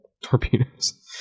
Torpedoes